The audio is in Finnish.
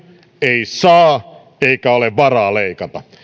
ei saa eikä ole varaa leikata